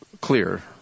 clear